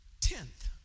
tenth